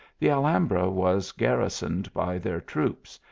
the alham bra was garrisoned by their troops,